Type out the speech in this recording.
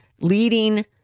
leading